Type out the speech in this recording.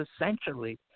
essentially